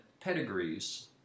pedigrees